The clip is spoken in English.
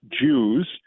Jews